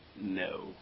No